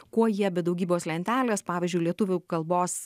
kuo jie be daugybos lentelės pavyzdžiui lietuvių kalbos